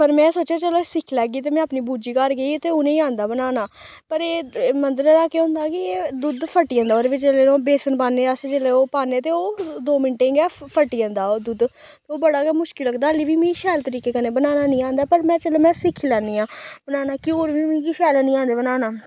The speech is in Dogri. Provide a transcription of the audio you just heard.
पर में सोच्चेआ चलो सिक्खी लैग्गी ते में अपनी बूजी घर गेई ते उ'नेंई औंदा बनाना पर एह् मद्दरे दा केह् होंदा कि एह् दुद्ध फटी जंदा ओह्दे बिच्च जेल्लै ओह् बेसन पान्ने अस जिल्लै ओह् पान्ने ते ओह् दौ मिंटें च गै फटी जंदा ओह् दुद्ध ते ओह् बड़ा गै मुश्कल लगदा हल्ली बी मी शैल तरीके कन्नै बनाना नेईं औंदा पर में चलो में सिक्खी लैन्नी आं बनाना घ्यूर मिगी शैल नेईं औंदे बनाना